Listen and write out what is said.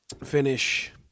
finish